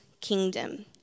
kingdom